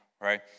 right